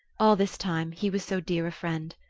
all this time he was so dear a friend!